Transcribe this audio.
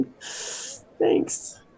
thanks